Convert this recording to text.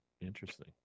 Interesting